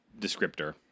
descriptor